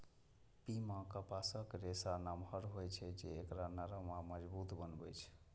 पीमा कपासक रेशा नमहर होइ छै, जे एकरा नरम आ मजबूत बनबै छै